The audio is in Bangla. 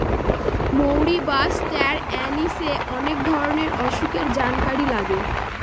মৌরি বা ষ্টার অনিশে অনেক ধরনের অসুখের জানকারি লাগে